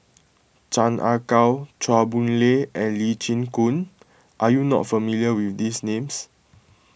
Chan Ah Kow Chua Boon Lay and Lee Chin Koon are you not familiar with these names